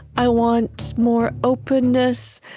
i want more openness.